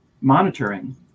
Monitoring